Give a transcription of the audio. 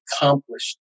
accomplished